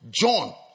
John